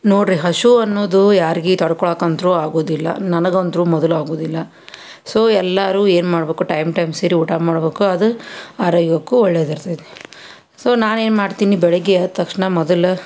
ನೋಡಿರಿ ಹಶು ಅನ್ನೋದು ಯಾರ್ಗೂ ತಡ್ಕೊಳಕ್ಕಂತು ಆಗೋದಿಲ್ಲ ನನಗಂತು ಮೊದಲೇ ಆಗೋದಿಲ್ಲ ಸೊ ಎಲ್ಲರೂ ಏನು ಮಾಡಬೇಕು ಟೈಮ್ ಟೈಮ್ ಸರಿ ಊಟ ಮಾಡಬೇಕು ಅದು ಆರೋಗ್ಯಕ್ಕೂ ಒಳ್ಳೆಯದಿರ್ತೈತಿ ಸೊ ನಾನೇನು ಮಾಡ್ತೀನಿ ಬೆಳಗ್ಗೆ ಎದ್ದ ತಕ್ಷಣ ಮೊದಲು